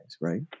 right